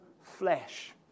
flesh